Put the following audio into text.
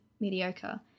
mediocre